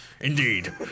Indeed